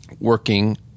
working